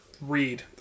read